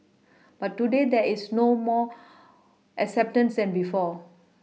but today there is more acceptance than before